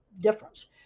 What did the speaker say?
difference